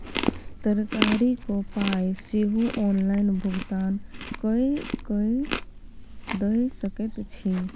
तरकारीक पाय सेहो ऑनलाइन भुगतान कए कय दए सकैत छी